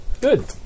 good